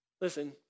Listen